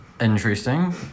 Interesting